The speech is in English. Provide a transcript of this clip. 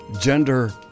gender